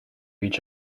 each